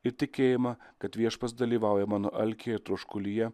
ir tikėjimą kad viešpats dalyvauja mano alky ir troškulyje